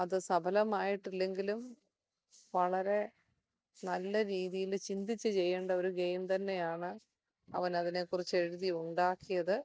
അത് സഫലമായിട്ടില്ലെങ്കിലും വളരെ നല്ല രീതിയില് ചിന്തിച്ച് ചെയ്യേണ്ട ഒരു ഗെയിം തന്നെയാണ് അവനതിനെ കുറിച്ച് എഴുതി ഉണ്ടാക്കിയത്